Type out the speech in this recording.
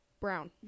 brown